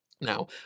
Now